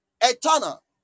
eternal